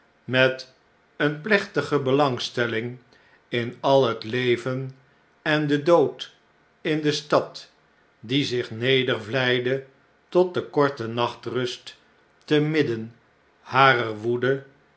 met eene plechtige belangstelling in al het leven en den dood in de stad die zich nedervljjde tot de korte nachtrust te midden harer woede